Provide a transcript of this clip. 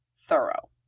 thorough